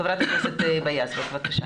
ח"כ היבה יזבק בבקשה.